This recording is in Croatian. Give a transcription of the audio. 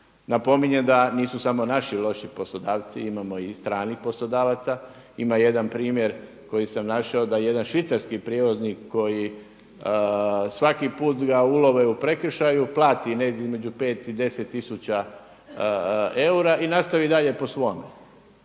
Napominjem da nisu samo loši poslodavci, imamo i stranih poslodavaca. Ima jedan primjer koji sam našao da jedan švicarski prijevoznik kojeg svaki puta ga ulove u prekršaju, plati između 5 i 10 tisuća eura i nastavi dalje po svome.